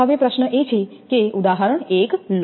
હવે પ્રશ્ન એ છે ઉદાહરણ એક લો